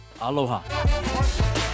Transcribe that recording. Aloha